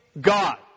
god